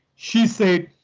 she said,